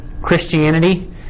Christianity